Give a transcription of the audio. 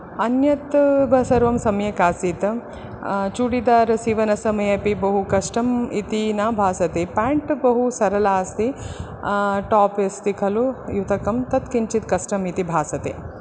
अन्यत् व सर्वं सम्यक् आसीत् चुडिदार् सीवनसमये अपि बहुकष्टम् इति न भासते पान्ट् बहु सरला अस्ति टाप् अस्ति खलु युतकं तत् किञ्चित् कष्टम् इति भासते